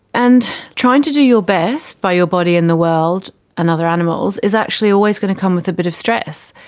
and trying to do your best by your body and the world and other animals is actually always going to come with a bit of stress.